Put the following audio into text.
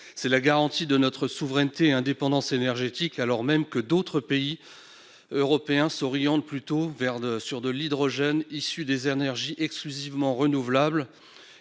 C'est la garantie de notre souveraineté et de notre indépendance énergétiques, alors même que d'autres pays européens s'orientent plutôt vers de l'hydrogène issu d'énergies exclusivement renouvelables